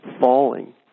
falling